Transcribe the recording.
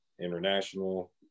International